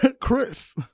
Chris